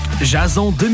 Jason